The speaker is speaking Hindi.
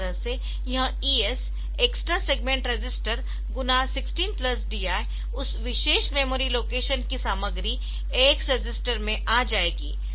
इस तरह से यह ES एक्स्ट्रा सेगमेंट रजिस्टर गुणा 16 प्लस DI उस विशेष मेमोरी लोकेशन की सामग्री AX रजिस्टर में आ जाएगी